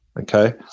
okay